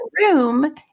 room